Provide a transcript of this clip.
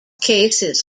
cases